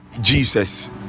jesus